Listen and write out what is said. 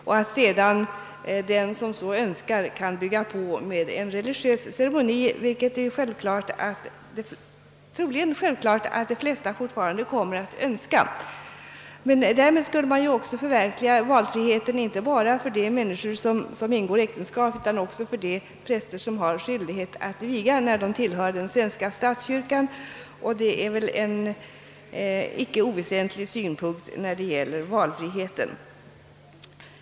och att sedan den som så önskar kan bygga på med:en religiös ceremoni — något som de flesta även i fortsättningen torde önska. Därmed skulle man också förverkliga valfriheten inte bara för de människor som ingår äktenskap utan också för de präster som har skyldighet att viga, när kontrahenterna tillhör den svenska statskyrkan. Och det är väl en icke oväsentlig synpunkt då det gäller valfriheten.